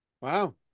Wow